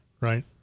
Right